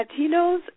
Latinos